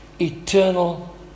eternal